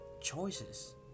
choices